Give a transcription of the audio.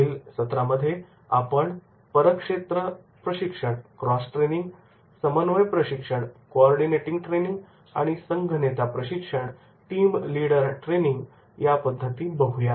पुढील सत्रांमध्ये आपण परक्षेत्र प्रशिक्षण क्रॉस ट्रेनिंग समन्वय प्रशिक्षण कोऑर्डिनेटिंग ट्रेनिंग आणि संघ नेता प्रशिक्षण टीम लीडर ट्रेनिंग या पद्धती बघूया